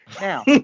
Now